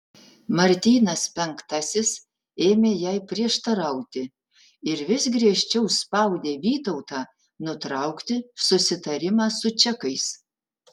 martynas penktasis ėmė jai prieštarauti ir vis griežčiau spaudė vytautą nutraukti susitarimą su čekais